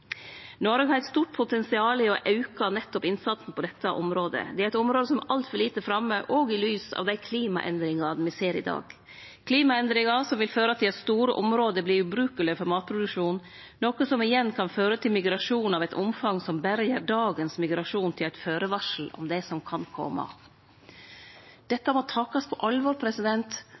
Noreg har eit stort potensial i å auke nettopp innsatsen på dette området, det er eit område som er altfor lite framme, òg i lys av dei klimaendringane me ser i dag, klimaendringar som vil føre til at store område vert ubrukelege for matproduksjon, noko som igjen kan føre til migrasjon av eit omfang som berre gjer dagens migrasjon til eit førevarsel om det som kan kome. Dette må takast på alvor,